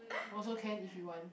also can if you want